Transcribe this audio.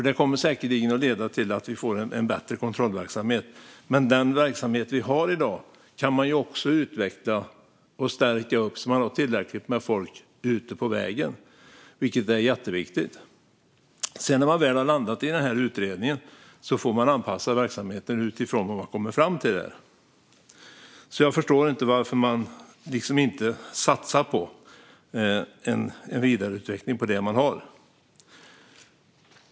Det kommer säkerligen att leda till att vi får en bättre kontrollverksamhet. Men den verksamhet vi har i dag kan man också utveckla och stärka så att man har tillräckligt med folk ute på vägen, vilket är jätteviktigt. Sedan när man väl har landat i utredningen får man anpassa verksamheten utifrån vad man kommer fram till. Jag förstår inte varför man inte satsar på en vidareutveckling av det man har.